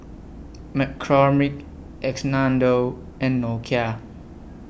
McCormick and Nokia